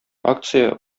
акция